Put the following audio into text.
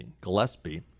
Gillespie